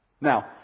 Now